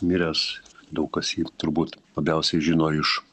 miręs daug kas jį turbūt labiausiai žino iš